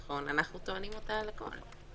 ואנחנו טוענים אותה על הכול.